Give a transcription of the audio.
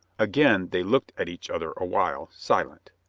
again they looked at each other a while, silent.